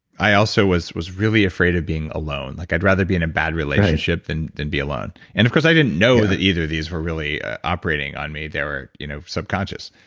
i also was was really afraid of being alone. like i'd rather be in a bad relationship than than be alone. and of course, i didn't know that either of these were really operating on me. they were you know subconscious,